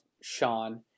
Sean